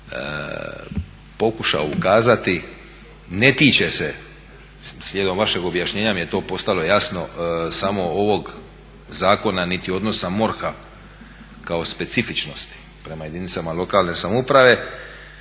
pokušao ukazati, ne tiče se slijedom vašeg objašnjenja mi je to postalo jasno samo ovog zakona niti odnosa MORH-a kao specifičnosti prema jedinice lokalne samouprave,